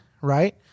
right